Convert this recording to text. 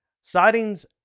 sightings